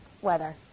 weather